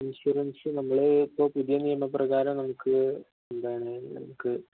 insurance നമ്മള് ഇപ്പോള് പുതിയ നിയമം പ്രകാരം നമുക്ക് എന്താണ് നമുക്ക്